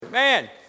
Man